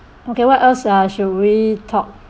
okay what else uh should we talk